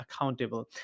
accountable